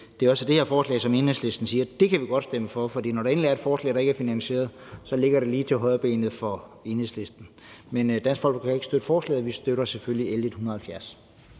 det er det her forslag, som Enhedslisten siger de godt kan stemme for. For når der endelig er et forslag, der ikke er finansieret, så ligger det lige til højrebenet for Enhedslisten. Men Dansk Folkeparti kan ikke støtte forslaget. Vi støtter selvfølgelig L 170.